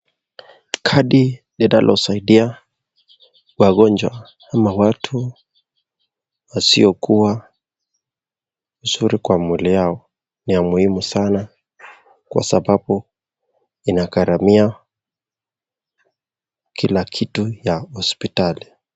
Kadi linalosaidia wagonja ama watu wasio kuwa wazuri kwa mwili yao, ni ya muhimu sana kwa sababu inagaramia kila kitu ya hosipitali.